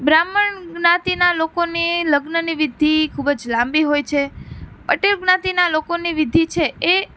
બ્રાહ્મણ જ્ઞાતિના લોકોને લગ્નની વિધિ ખૂબ જ લાંબી હોય છે પટેલ જ્ઞાતિના લોકોની વિધિ છે એ